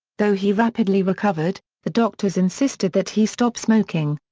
though he rapidly recovered, the doctors insisted that he stop smoking.